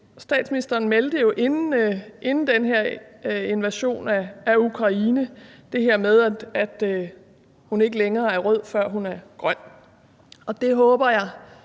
Statsministeren meldte jo inden den her invasion af Ukraine det her med, at hun ikke længere er rød, før hun er grøn, og det håber jeg